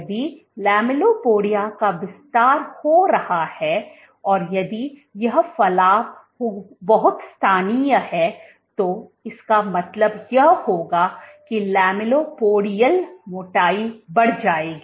यदि लैमिलीपोडिया का विस्तार हो रहा है और यदि यह फलाव बहुत स्थानीय है तो इसका मतलब यह होगा कि लैमेलिपोडियल मोटाई बढ़ जाएगी